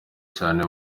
cyane